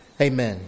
Amen